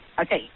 Okay